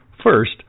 First